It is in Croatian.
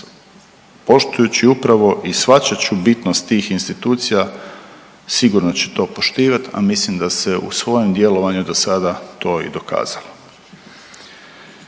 poštujući upravo i shvaćajući bitnost tih institucija sigurno će to poštivati, a mislim da se u svojem djelovanju dosada to i dokazalo.